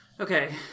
Okay